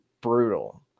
brutal